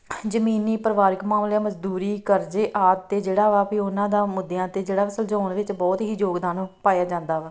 ਜਮੀਨੀ ਪਰਿਵਾਰਿਕ ਮਾਮਲਿਆਂ ਮਜ਼ਦੂਰੀ ਕਰਜ਼ੇ ਆਦਿ 'ਤੇ ਜਿਹੜਾ ਵਾ ਵੀ ਉਹਨਾਂ ਦਾ ਮੁੱਦਿਆਂ 'ਤੇ ਜਿਹੜਾ ਸੁਲਝਾਉਣ ਵਿੱਚ ਬਹੁਤ ਹੀ ਯੋਗਦਾਨ ਪਾਇਆ ਜਾਂਦਾ ਵਾ